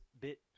bit